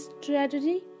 strategy